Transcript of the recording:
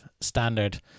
standard